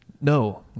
No